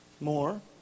more